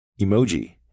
emoji